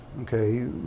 okay